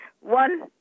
one